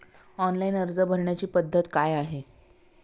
Online अर्ज भरण्याची पद्धत काय आहे?